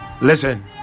Listen